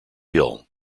hill